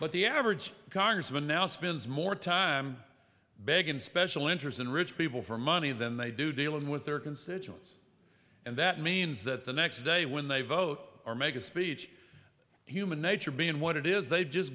but the average congressman now spends more time beggin special interest in rich people for money than they do dealing with their constituents and that means that the next day when they vote or make a speech human nature being what it is they've just